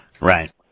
Right